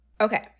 Okay